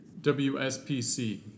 WSPC